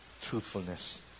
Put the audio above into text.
truthfulness